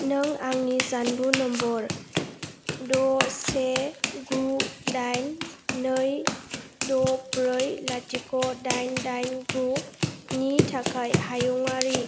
नों आंनि जानबुं नम्बर द' से गु दाइन नै द' ब्रै लाथिख' दाइन दाइन गु नि थाखाय हायुङारि